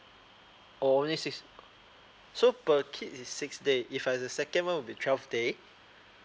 only six so per kid is six day if I had the second one will be twelve day